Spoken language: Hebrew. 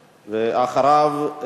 ואחריו,